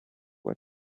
were